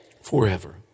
forever